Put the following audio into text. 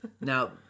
Now